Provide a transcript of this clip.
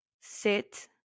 sit